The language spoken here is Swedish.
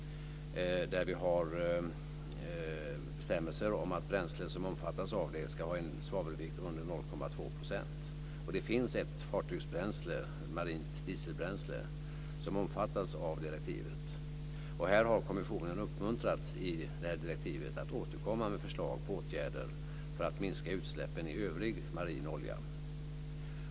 Där finns bestämmelser om att bränslen som omfattas ska ha en svavelvikt under 0,2 %. Det finns ett fartygsbränsle, marint dieselbränsle, som omfattas av direktivet. Här har kommissionen i direktivet uppmuntrats att återkomma med förslag på åtgärder för att minska utsläppen i övrig marin olja.